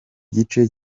gice